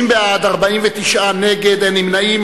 30 בעד, 49 נגד, אין נמנעים.